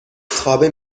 خوابه